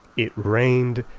it rained.